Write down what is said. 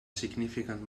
significant